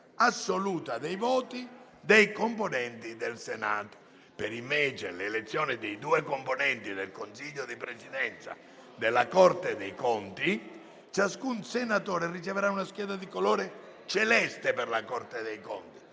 assoluta dei voti dei componenti del Senato. Per l'elezione dei due componenti del consiglio di presidenza della Corte dei conti, ciascun senatore riceverà una scheda di colore celeste, sulla quale indicherà